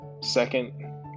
second